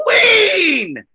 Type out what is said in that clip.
Queen